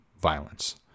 violence